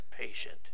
patient